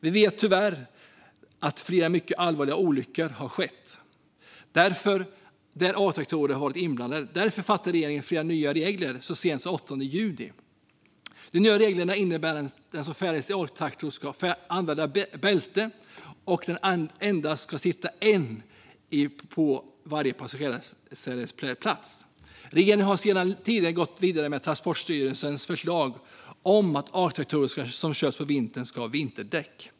Vi vet dock att flera mycket allvarliga olyckor där A-traktorer varit inblandade tyvärr har skett. Därför fattade regeringen beslut om flera nya regler så sent som den 8 juni. De nya reglerna innebär att den som färdas i A-traktor ska använda bälte och att det ska sitta endast en på varje passagerarsätesplats. Regeringen har tidigare gått vidare med Transportstyrelsens förslag om att Atraktorer som körs på vintern ska ha vinterdäck.